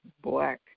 black